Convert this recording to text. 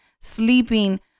sleeping